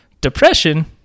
depression